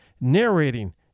narrating